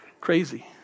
crazy